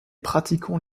pratiquants